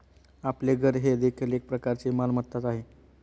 आपले घर हे देखील एक प्रकारची मालमत्ताच आहे